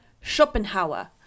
Schopenhauer